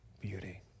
beauty